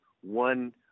one